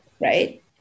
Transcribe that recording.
right